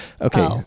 Okay